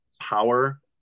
power